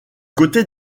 côté